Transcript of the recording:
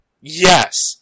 Yes